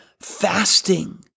fasting